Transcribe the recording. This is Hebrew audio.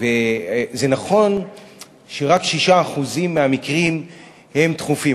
זה נכון שרק 6% מהמקרים הם דחופים.